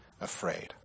Afraid